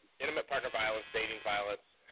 intimate partner violence, dating violence,